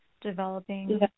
developing